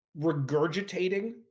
regurgitating